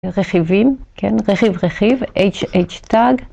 רכיבים, כן, רכיב, רכיב, h, h, tag.